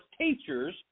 teachers